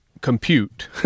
compute